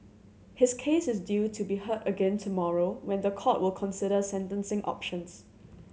his case is due to be heard again tomorrow when the court will consider sentencing options